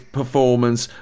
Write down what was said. performance